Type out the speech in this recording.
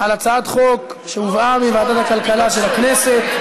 על הצעת חוק שהובאה מוועדת הכלכלה של הכנסת.